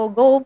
go